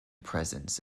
presence